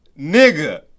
nigga